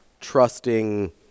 trusting